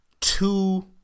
two